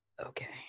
Okay